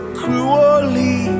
cruelly